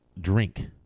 drink